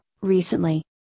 recently